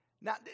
Now